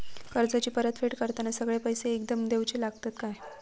कर्जाची परत फेड करताना सगळे पैसे एकदम देवचे लागतत काय?